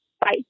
Bye